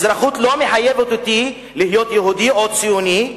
אזרחות לא מחייבת אותי להיות יהודי או ציוני.